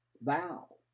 thou